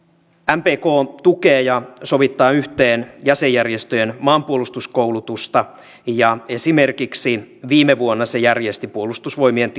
mpk tukee ja sovittaa yhteen jäsenjärjestöjen maanpuolustuskoulutusta ja esimerkiksi viime vuonna se järjesti puolustusvoimien